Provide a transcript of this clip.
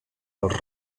pels